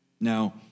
Now